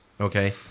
Okay